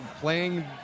playing